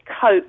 cope